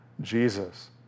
Jesus